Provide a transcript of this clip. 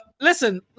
listen